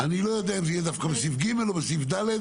אני לא יודע אם זה יהיה דווקא בסעיף (ג) או בסעיף (ד),